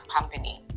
company